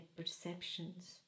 perceptions